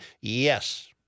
Yes